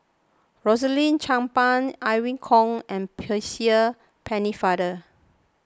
Rosaline Chan Pang Irene Khong and Percy Pennefather